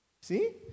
See